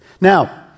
Now